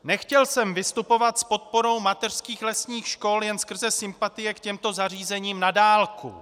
Nechtěl jsem vystupovat s podporou mateřských lesních škol jen skrze sympatie k těmto zařízením na dálku.